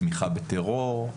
תמיכה בטרור,